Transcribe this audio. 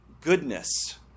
goodness